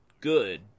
good